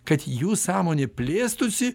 kad jų sąmonė plėstųsi